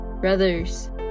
Brothers